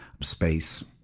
space